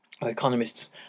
economists